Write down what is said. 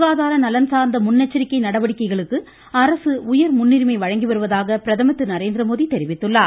சுகாதார நலன் சார்ந்த முன்னெச்சரிக்கை நடவடிக்கைகளுக்கு அரசு உயர் முன்னுரிமை வழங்கி வருவதாக பிரதமர் திரு நரேந்திரமோடி தெரிவித்துள்ளார்